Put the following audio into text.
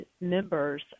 members